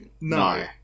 No